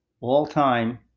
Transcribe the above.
all-time